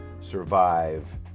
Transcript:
survive